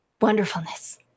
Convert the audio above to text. wonderfulness